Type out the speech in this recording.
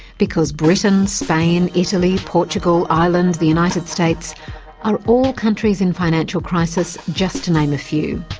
because britain, spain, italy, portugal, ireland, the united states are all countries in financial crisis, just to name a few.